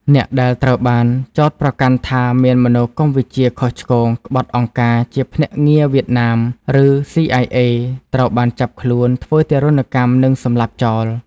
អ្នកដែលត្រូវបានចោទប្រកាន់ថា មានមនោគមវិជ្ជាខុសឆ្គង ក្បត់អង្គការ ជាភ្នាក់ងារវៀតណាម ឬ ស៊ីអាយអេ ត្រូវបានចាប់ខ្លួន ធ្វើទារុណកម្ម និងសម្លាប់ចោល។